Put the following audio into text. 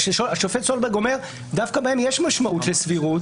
השופט סולברג אומר שדווקא בהם יש משמעות לסבירות